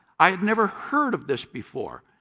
i had never heard of this before.